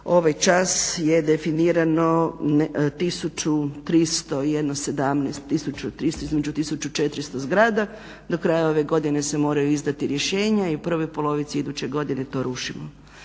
ovaj čas je definirano 1317, između 1300 i 1400 zgrada. Do kraja ove godine se moraju izdati rješenja i u prvoj polovici iduće godine to rušimo.